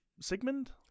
Sigmund